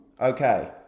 Okay